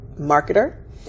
marketer